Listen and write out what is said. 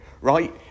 right